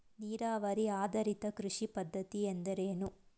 ನೀರಾವರಿ ಆಧಾರಿತ ಕೃಷಿ ಪದ್ಧತಿ ಎಂದರೇನು?